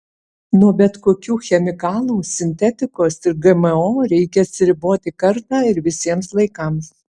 nuo bet kokių chemikalų sintetikos ir gmo reikia atsiriboti kartą ir visiems laikams